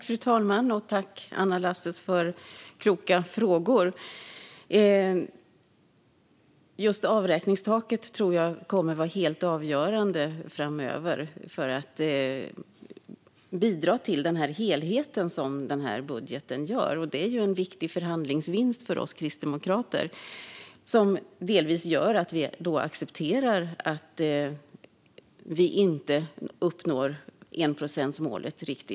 Fru talman! Tack, Anna Lasses, för kloka frågor! Just avräkningstaket tror jag kommer att vara helt avgörande framöver för att bidra till helheten i budgeten. Det är en viktig förhandlingsvinst för oss kristdemokrater som delvis gör att vi accepterar att vi inte riktigt uppnår enprocentsmålet i år.